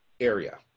area